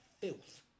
filth